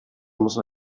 muss